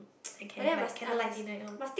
I can have like candlelight dinner at home